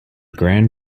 gran